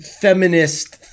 feminist –